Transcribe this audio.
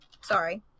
Sorry